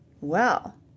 Well